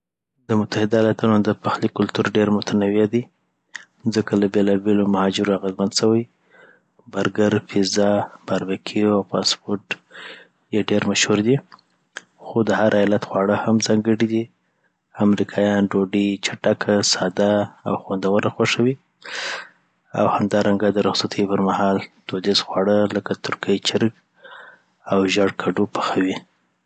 د متحده ایالاتو د پخلي کلتور ډېر متنوع دی ، ځکه له بېلابېلو مهاجرو اغېزمن سوی. برګر، پیتزا، باربیکیو، او فاسټ فوډ یی ډېر مشهور دي، خو د هر ایالت خواړه هم ځانګړي دي. امریکایان ډوډۍ چټکه، ساده او خوندوره خوښوي، او همدارنګه د رخصتیو پر مهال دودیز خواړه. لکه ترکي چرک او ژیړ کډو پخوي